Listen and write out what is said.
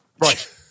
right